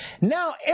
Now